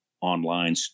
online